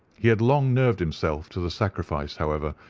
he had long nerved himself to the sacrifice, however,